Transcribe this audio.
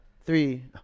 three